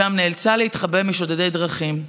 ושם נאלצה להתחבא משודדי דרכים.